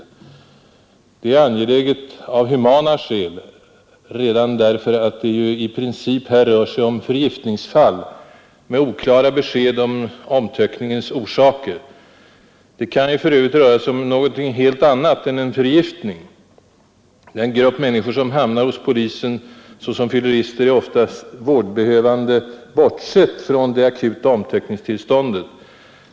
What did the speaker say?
Detta är angeläget av humana s redan därför att det i princip här rör sig om förgiftningsfall med oklara yttre tecken på omtöckningens orsaker. Det kan för övrigt röra sig om något helt annat än en förgiftning. Den grupp människor, som hamnar hos polisen som fyllerister, är oftast vårdbehövande även bortsett från det akuta omtöckningstillståndet.